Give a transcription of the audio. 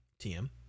TM